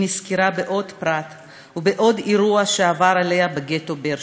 נזכרה בעוד פרט ובעוד אירוע שעבר עליה בגטו ברסט.